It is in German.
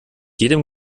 jedem